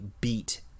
beat